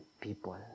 people